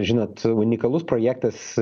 žinot unikalus projektas